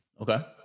okay